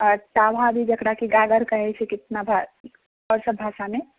अच्छा वहाँ भी जकरा कि गागर कहैत छै कितना भाषा आओरसभ भाषामे